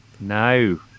no